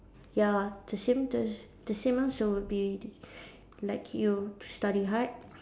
ya the the would be like you to study hard